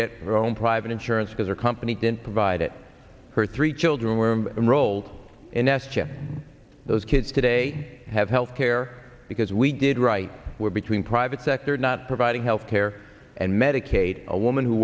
get her own private insurance because her company didn't provide it her three children were rolled in s chip those kids today have health care because we did right where between private sector not providing health care and medicaid a woman who